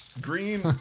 Green